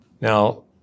Now